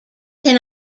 can